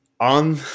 on